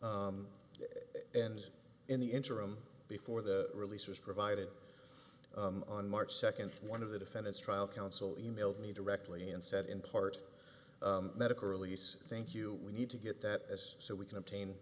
shown in the interim before the release was provided on march second one of the defendants trial counsel emailed me directly and said in part medical release thank you we need to get that as so we can obtain